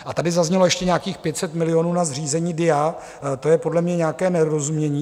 A tady zaznělo ještě nějakých 500 milionů na zřízení DIA to je podle mě nějaké nedorozumění.